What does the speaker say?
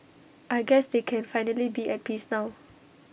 I guess they can finally be at peace now